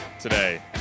today